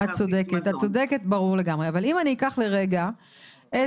את צודקת, ברור לגמרי, אבל אם אני אקח לרגע את